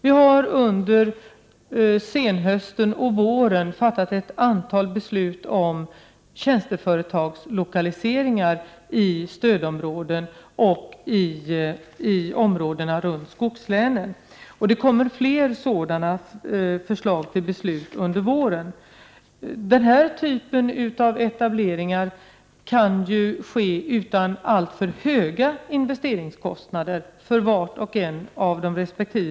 Vi har under senhösten och våren fattat ett antal beslut om tjänsteföretagslokaliseringar i stödområdena och i områdena runt skogslänen. Och det kommer att läggas fram flera sådana förslag för beslut under våren. Den här typen av etableringar kan ju ske utan alltför höga investeringskostnader för varje arbetsplats.